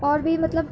اور بھی مطلب